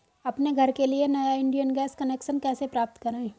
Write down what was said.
अपने घर के लिए नया इंडियन गैस कनेक्शन कैसे प्राप्त करें?